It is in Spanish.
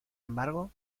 embargo